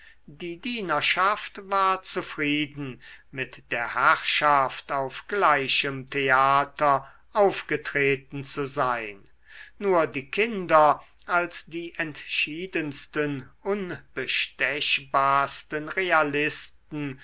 die dienerschaft war zufrieden mit der herrschaft auf gleichem theater aufgetreten zu sein nur die kinder als die entschiedensten unbestechbarsten realisten